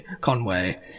Conway